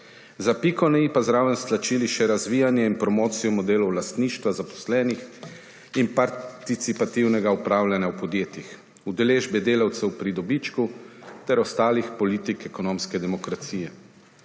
Za piko na i ste zraven stlačili še razvijanje in promocijo modelov lastništva zaposlenih in participativnega upravljanja v podjetjih, udeležbo delavcev pri dobičku ter ostalih politik ekonomske demokracije.